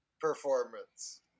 Performance